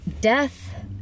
death